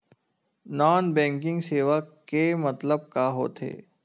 Non banking सेवा के मतलब का होथे?